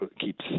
keeps